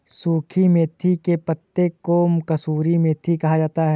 सुखी मेथी के पत्तों को कसूरी मेथी कहा जाता है